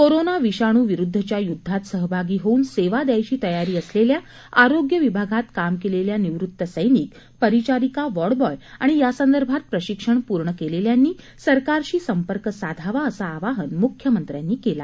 corona विषाणू विरुद्धच्या युद्धात सहभागी होऊन सेवा द्यायची तयारी असलेल्या आरोग्य विभागात काम केलेल्या निवृत्ती सैनिक परिचारिका वार्डबॉय आणि यासंदर्भात प्रशिक्षण पूर्ण केलेल्यांनी सरकारशी संपर्क साधावा असं आवाहन मुख्यमंत्र्यांनी केलं